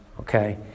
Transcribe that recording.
okay